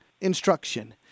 instruction